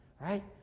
right